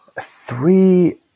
Three